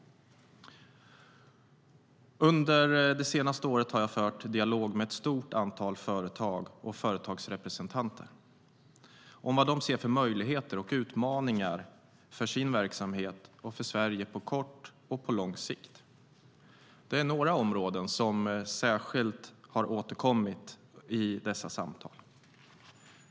Under det senaste året har jag fört dialog med ett stort antal företag och företagsrepresentanter om vad de ser för möjligheter och utmaningar för sin verksamhet och för Sverige på kort och på lång sikt. Det är några områden som särskilt har återkommit i dessa samtal.